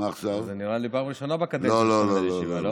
נראה לי שזאת הפעם הראשונה בקדנציה שאתה מנהל ישיבה,